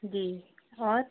जी और